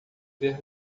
ver